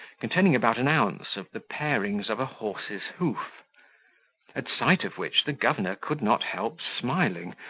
containing about an ounce of the parings of a horse's hoof at sight of which the governor could not help smiling,